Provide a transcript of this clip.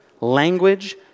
Language